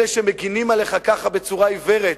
אלה שמגינים עליך ככה בצורה עיוורת.